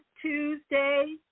Tuesday